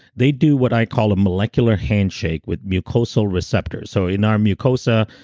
they do what i call a molecular handshake with mucosal receptors. so in our mucosa,